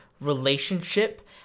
relationship